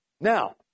now